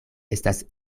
estas